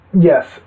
Yes